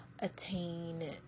attain